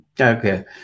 Okay